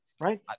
right